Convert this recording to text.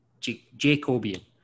Jacobian